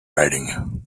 writing